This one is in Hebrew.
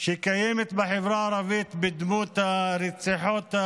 שקיימת בחברה הערבית בדמות הרציחות,